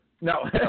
No